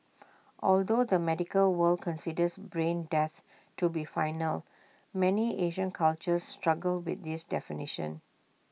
although the medical world considers brain death to be final many Asian cultures struggle with this definition